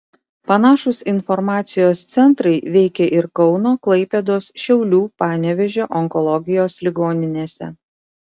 panašūs informacijos centrai veikė ir kauno klaipėdos šiaulių panevėžio onkologijos ligoninėse